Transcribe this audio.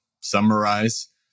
summarize